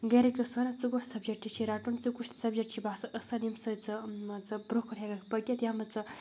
گَرِکۍ ٲسۍ وَنان ژٕ کُس سَبجَکٹ چھے رَٹُن ژےٚ کُس سَبجَکٹ چھے باسان اَصٕل ییٚمہِ سۭتۍ ژٕ مان ژٕ بروںٛہہ کُن ہٮ۪کَکھ پٔکِتھ یَتھ منٛز ژٕ